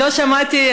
לא שמעתי,